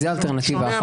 זו אלטרנטיבה אחת.